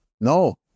no